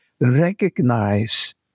recognize